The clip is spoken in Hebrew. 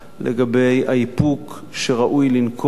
לגבי האיפוק שראוי לנקוט